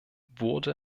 wurde